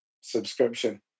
subscription